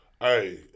Hey